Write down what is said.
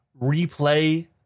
replay